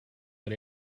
but